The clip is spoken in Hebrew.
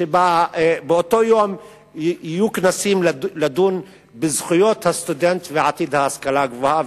שבאותו יום יהיו כנסים שידונו בזכויות הסטודנט ובעתיד ההשכלה הגבוהה,